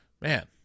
man